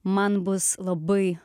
man bus labai